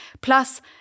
Plus